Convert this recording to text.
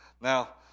Now